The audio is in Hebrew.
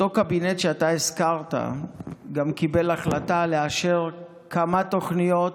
אותו קבינט שאתה הזכרת גם קיבל החלטה לאשר כמה תוכניות